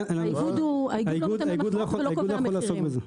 האיגוד הוא לא נותן הנחות ולא קובע מחירים.